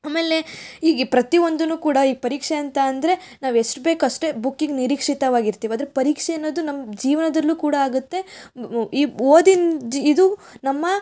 ಆಮೇಲೆ ಈಗ ಪ್ರತಿ ಒಂದನ್ನು ಕೂಡ ಈ ಪರೀಕ್ಷೆ ಅಂತ ಅಂದರೆ ನಾವು ಎಷ್ಟು ಬೇಕಷ್ಟೇ ಬುಕ್ಕಿಗೆ ನಿರೀಕ್ಷಿತವಾಗಿರ್ತಿವಿ ಅದ್ರ ಪರೀಕ್ಷೆ ಅನ್ನೋದು ನಮ್ಮ ಜೀವನದಲ್ಲೂ ಕೂಡ ಆಗುತ್ತೆ ಈ ಓದಿನ ಜಿ ಇದು ನಮ್ಮ